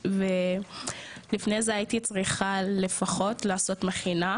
ולפני זה הייתי צריכה לפחות לעשות מכינה,